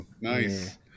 Nice